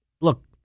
look